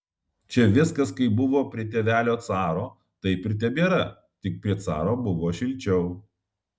čia viskas kaip buvo prie tėvelio caro taip ir tebėra tik prie caro buvo šilčiau